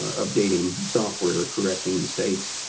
updating software or correcting mistakes,